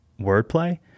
wordplay